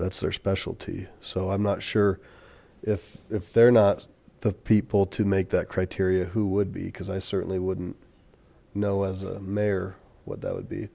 that's their specialty so i'm not sure if if they're not the people to make that criteria who would be because i certainly wouldn't know as a mayor what that would be